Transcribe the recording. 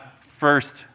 first